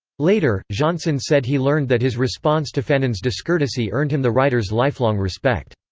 later, jeanson said he learned that his response to fanon's discourtesy earned him the writer's lifelong respect.